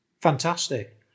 Fantastic